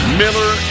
miller